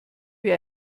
wie